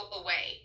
away